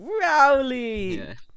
Rowley